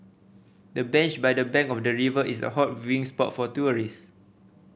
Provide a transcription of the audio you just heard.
the bench by the bank of the river is a hot viewing spot for tourists